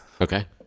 Okay